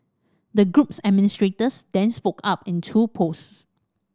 the group's administrators then spoke up in two posts